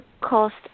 cost